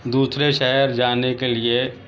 دوسرے شہر جانے کے لیے